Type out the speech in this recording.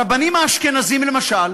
הרבנים האשכנזים, למשל,